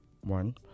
one